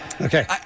Okay